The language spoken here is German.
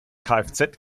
kfz